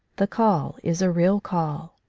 the call is a real call.